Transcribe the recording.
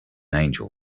angel